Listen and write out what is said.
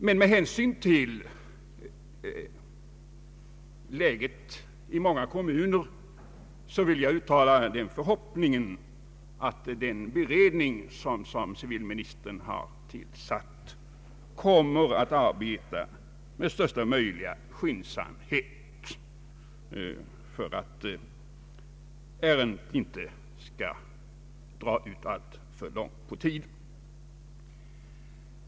Men med hänsyn till läget i många kommuner vill jag uttala den förhoppningen att den beredning som civilministern tillsatt kommer att arbeta med största möjliga skyndsamhet för att ärendet inte skall dra ut alltför långt på tiden.